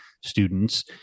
students